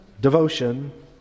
devotion